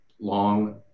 long